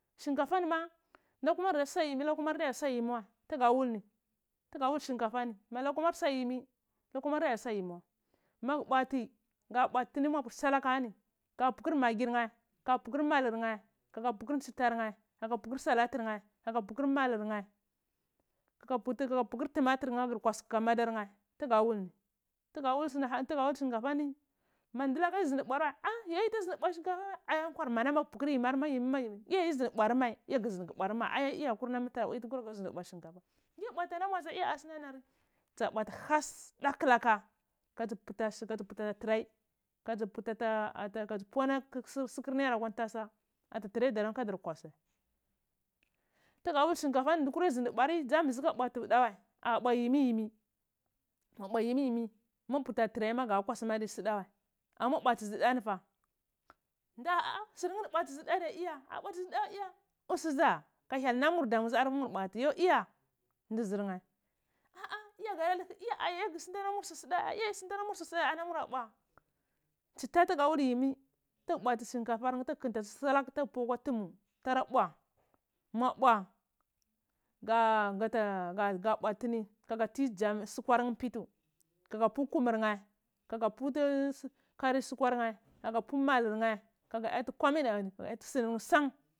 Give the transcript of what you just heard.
Shinkafanima lakurari adasayimi lanumar adiya sa yimi wai tuga wulni tuga wul shinkafani ma lutumursa yimi lakumar adiya saw ai magwu bwati ga bwatini mapu mulur nheh kayaputor ntsitar nhen kagu pukor galaɗ tor nheh gaga putur tomatur nheh agur kkwasu kaga madarna tuga wulni tuga wul shinkafani ma laka ta zindi pwar wai nndi gheh aya kwamana magu putu yimi daci iya iya ndi bwair mai aya iya mi tara bwi tuna kura ngo ndi bwa shinkafa ngi bwatu alamu dza asinar dza bwati hasa latulaka ka dzhi puti ata tray reanɗzi pwi a lari ana sukur nir yar akwa tray damu teadar kwasai tuggu wul shinkafani ndi tara zindi pwari adiya bwatu dawai dza bwa yimi yimi ma bwa yimmi ymmi mon puti ata tray ma adi soda wa ama ga nda sirni ni kwasotu ɗzu da diye iyɗ usu dza ka hyel namur damu dza mur pwati yo iya ndr zirnhe ah ah iya asina ma gu son ta lamur ursoda ya a cita dugu tara bwamabwa gagata bwatini dugu tara bwama bwa ga ga ta ga bwatini kaga tr jam sukwar nheh mpitu kugu pwa kumar nheh kaga pwu karir sukwar nheh kaga pu malueneh aga yati komai ɗza ti tsam.